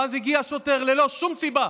ואז הגיע שוטר ללא שום סיבה,